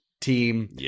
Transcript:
team